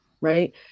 right